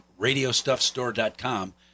radiostuffstore.com